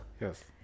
Yes